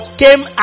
came